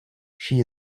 she